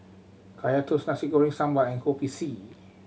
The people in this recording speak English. Kaya Toast Nasi Goreng Sambal and Kopi C